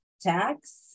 tax